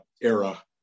era